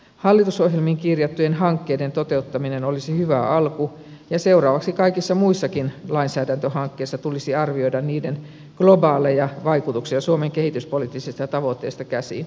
hallitusohjelmiin kirjattujen hankkeiden toteuttaminen olisi hyvä alku ja seuraavaksi kaikissa muissakin lainsäädäntöhankkeissa tulisi arvioida niiden globaaleja vaikutuksia suomen kehityspoliittisista tavoitteista käsin